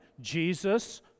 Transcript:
Jesus